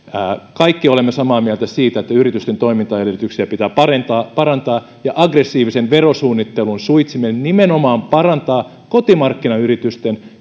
kaikki olemme samaa mieltä siitä että yritysten toimintaedellytyksiä pitää parantaa ja aggressiivisen verosuunnittelun suitsiminen nimenomaan parantaa kotimarkkinayritysten